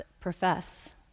profess